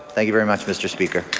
thank you very much, mr. speaker.